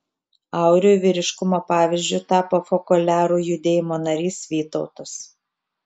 auriui vyriškumo pavyzdžiu tapo fokoliarų judėjimo narys vytautas